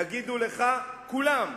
יגידו לך כולם,